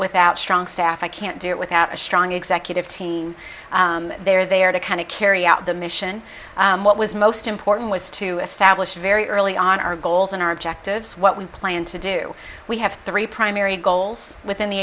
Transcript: without strong staff i can't do it without a strong executive team they're there to kind of carry out the mission what was most important was to establish very early on our goals and our objectives what we plan to do we have three primary goals within the